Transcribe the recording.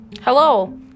Hello